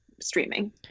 streaming